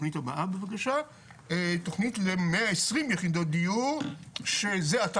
התכנית הבאה היא למאה עשרים יחידות דיור שזה עתה